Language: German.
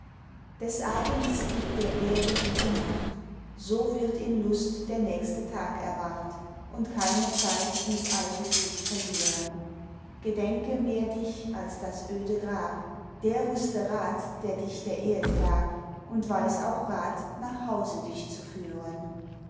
des abends gib der erde gutenacht so wird in lust der nächste tag erwacht und keine zeit ins eitle sich verlieren gedenke mehr dich als das öde grab der wusste rat der dich der erde gab und weiß auch rat nach hause dich zu führen